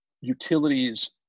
utilities